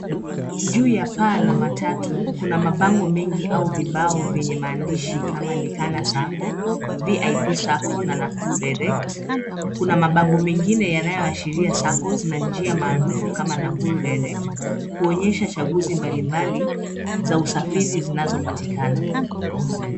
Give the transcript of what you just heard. Juu ya paa la matatu kuna mabango mengi au vibao vyenye maandishi kama likana sacco, Vip shuttle, na Nakuru direct. Kuna mabango mengine yanayo ashiria sacco's na njia maarufu kama Nakuru direct. Kuonyesha shaguzi mbali mbali za usafiri zinazopatikana .